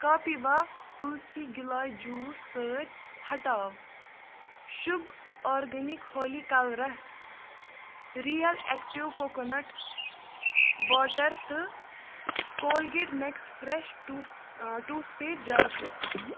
Kapiva tulsi giloy juice سۭتۍ ہٹاو Shubh organic Holi colours Real Activ coconut water تہٕ Colgate Max Fresh tooth tooth paste جل تہِ